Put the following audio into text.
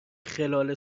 خلال